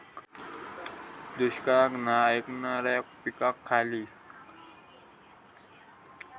दुष्काळाक नाय ऐकणार्यो पीका खयली?